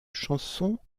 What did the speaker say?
chansons